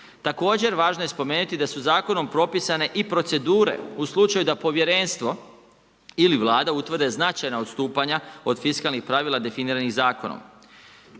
Također važno je spomenuti da su zakonom propisane i procedure u slučaju da povjerenstvo ili Vlada utvrde značajna odstupanja od fiskalnih pravila definiranih zakonom.